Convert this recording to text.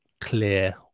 clear